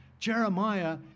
Jeremiah